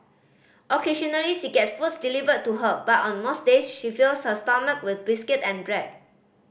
occasionally she gets food delivered to her but on most days she fills her stomach with biscuit and bread